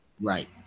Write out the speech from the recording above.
Right